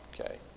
Okay